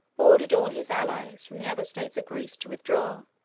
ordered all his allies from the other states of greece to withdraw,